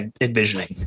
envisioning